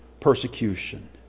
Persecution